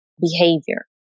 behavior